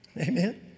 Amen